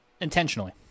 intentionally